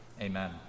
Amen